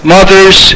Mothers